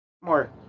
More